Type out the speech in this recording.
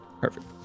Perfect